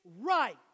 right